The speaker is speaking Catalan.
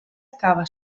acaba